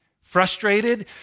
frustrated